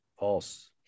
false